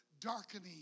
darkening